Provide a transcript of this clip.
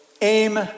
aim